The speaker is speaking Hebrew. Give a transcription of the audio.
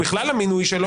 ולכן ההערכה שלי,